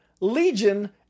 Legion